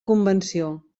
convenció